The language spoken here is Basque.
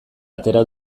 atera